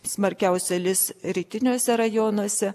smarkiausia lis rytiniuose rajonuose